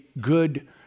good